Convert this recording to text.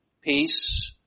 peace